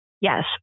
Yes